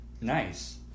nice